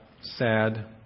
sad